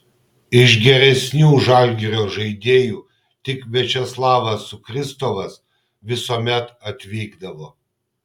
iš geresnių žalgirio žaidėjų tik viačeslavas sukristovas visuomet atvykdavo